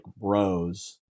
Rose